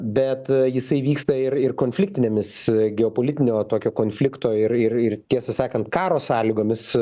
bet jisai vyksta ir ir konfliktinėmis geopolitinio tokio konflikto ir ir ir tiesą sakant karo sąlygomis